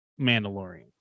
mandalorian